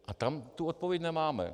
A tam tu odpověď nemáme.